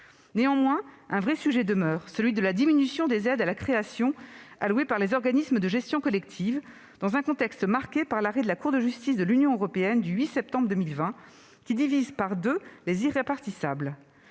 Néanmoins, un vrai problème demeure, celui de la diminution des aides à la création allouées par les organismes de gestion collective, dans un contexte marqué par l'arrêt de la Cour de justice de l'Union européenne du 8 septembre 2020, qui divise par deux les « irrépartissables